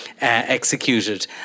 executed